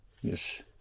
Yes